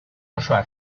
osoa